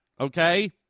okay